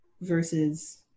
versus